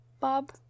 Bob